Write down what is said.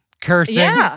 cursing